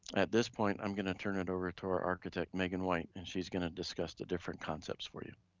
at this point, i'm gonna turn it over to our architect, megan white, and she's gonna discuss the different concepts for you.